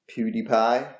PewDiePie